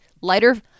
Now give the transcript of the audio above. Lighter